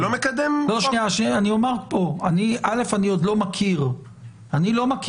אתה לא מקדם --- אני עוד לא מכיר שהונחה